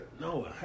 No